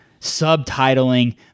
Subtitling